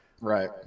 Right